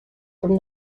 from